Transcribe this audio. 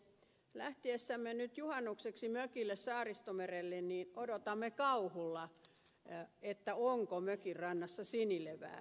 lähtiessämme nyt juhannukseksi mökille saaristomerelle odotamme kauhulla onko mökin rannassa sinilevää